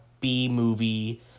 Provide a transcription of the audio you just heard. B-movie